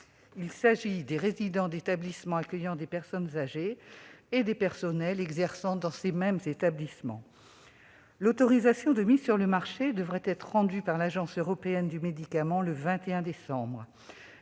Il s'agit des résidents d'établissements accueillant des personnes âgées et des personnels exerçant dans ces mêmes établissements. L'autorisation de mise sur le marché devrait être rendue par l'Agence européenne des médicaments le 21 décembre